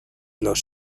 los